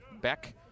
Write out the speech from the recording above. Beck